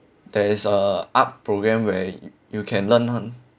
there is a art programme where you can learn